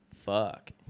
fuck